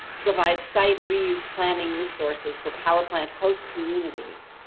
to provide site, reuse planning resources for power plant, host communities.